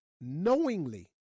knowingly